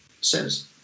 says